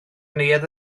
neuadd